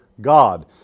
God